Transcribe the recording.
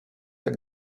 jak